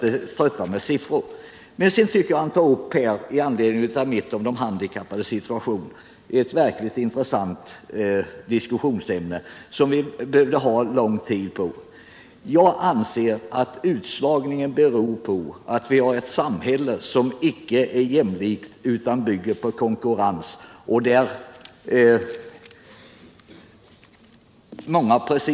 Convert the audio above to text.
Med anledning av mitt inlägg om de handikappades situation tog Alf Wennerfors sedan upp ett verkligt intressant ämne, som vi skulle behöva diskutera ingående. Jag anser att utslagningen beror på att vi har ett samhälle som inte är jämlikt utan bygger på konkurrens.